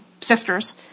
sisters